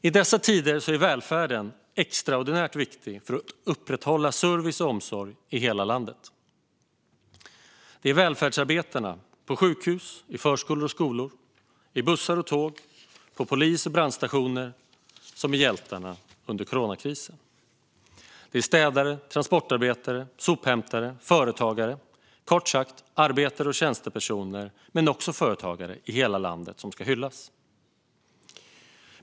I dessa tider är välfärden extraordinärt viktig för att upprätthålla service och omsorg i hela landet. Det är välfärdsarbetarna på sjukhus, förskolor och skolor, bussar och tåg och polis och brandstationer som är hjältarna under coronakrisen. Det är städare, transportarbetare, sophämtare - kort sagt, arbetare och tjänstepersoner - men också företagare i hela landet som ska hyllas.